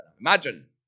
Imagine